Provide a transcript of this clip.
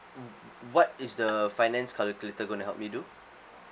mm w~ what is the finance calculator gonna help me do